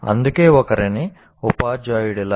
అందుకే ఒకరిని ఉపాధ్యాయుడిలా